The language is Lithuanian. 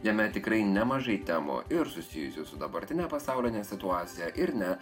jame tikrai nemažai temų ir susijusių su dabartine pasauline situacija ir ne